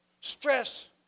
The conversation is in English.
stress